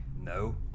No